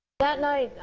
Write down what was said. that night,